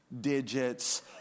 digits